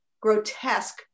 grotesque